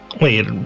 Wait